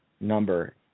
number